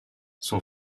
son